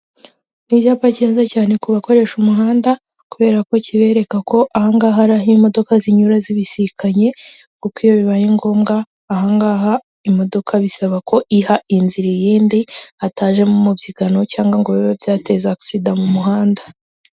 Icyapa kiza cyane kubakoresha umuhanda kubera ko kibereka ko ahangaha ari aho imodoka zinyura zibisikanye kuko iyo bibaye ngombwa ahangaha imodoka bisaba ko iha inzira iyindi hatajemo umubyigano cyangwa ngo bibe byateza agisida mu muhanda.